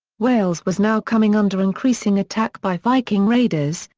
wales was now coming under increasing attack by viking raiders,